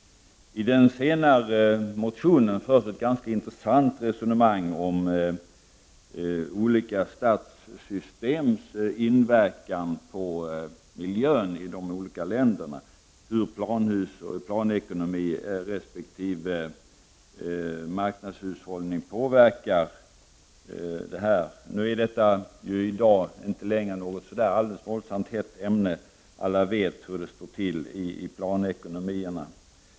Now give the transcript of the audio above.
I den motion som behandlar miljö och utveckling förs ett ganska intressant resonemang om olika statssystems inverkan på miljön i olika länder, dvs. hur planekonomi resp. marknadshushållning påverkar miljön. Detta är väl i dag inte något speciellt hett ämne; alla vet ju hur det står till i planekonomierna.